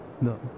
No